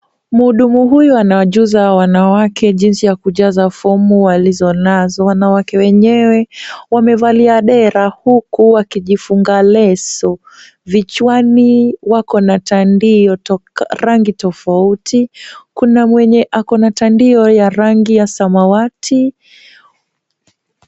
Mhudumu huyu anawajuza wanawake jinsi ya kujaza fomu walizonazo. Wanawake wenyewe wamevalia dera huku wakijifunga leso. Vichwani wako na tandio rangi tofauti. Kuna mwenye ako na tandio ya rangi ya samawati.